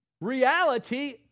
reality